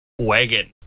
wagon